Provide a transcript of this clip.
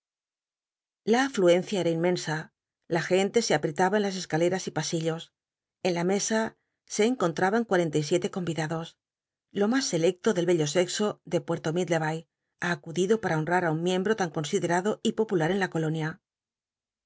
la afluencia era inmensa la gente se a ll'etaba en las escaleras y pasillos en la mesa se encon traban cttatenta y siete conyidados lo mas selecto del bello sexo de puerto bay ha acudido para homm á un miembro tan considemdo y po pulat en la colonia